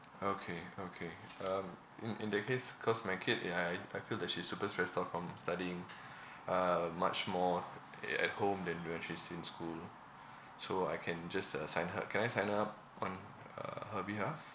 okay okay um in in that case cause my kid ya I I feel that she's super stressed out from studying uh much more uh at home than when she's in school so I can just uh sign her can I sign her up on uh her behalf